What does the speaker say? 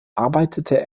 arbeitete